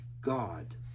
God